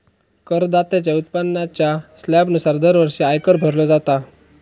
करदात्याच्या उत्पन्नाच्या स्लॅबनुसार दरवर्षी आयकर भरलो जाता